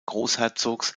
großherzogs